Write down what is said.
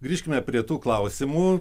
grįžkime prie tų klausimų